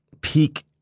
peak